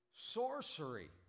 sorcery